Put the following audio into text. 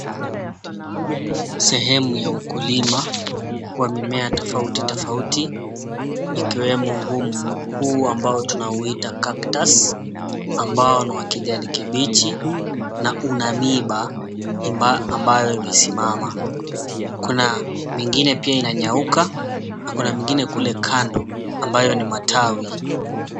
Sehemu ya ukulima wa mimea tofauti tofauti, ikiwemo huu mkuu ambao tunauita cactus ambao ni wa kijani kibichi na una miba, miba ambayo imesimama. Kuna mingine pia inanyauka na kuna mingine kule kando ambayo ni matawi.